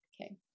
Okay